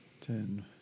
Ten